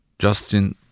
Justin